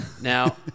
Now